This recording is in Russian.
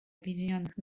объединенных